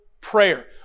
prayer